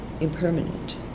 impermanent